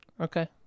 okay